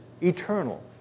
eternal